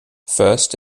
first